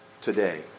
today